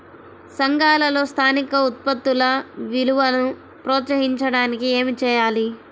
సంఘాలలో స్థానిక ఉత్పత్తుల విలువను ప్రోత్సహించడానికి ఏమి చేయాలి?